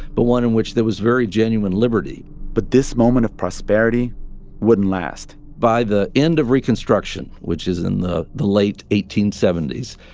but one in which there was very genuine liberty but this moment of prosperity wouldn't last by the end of reconstruction, which is in the the late eighteen seventy s,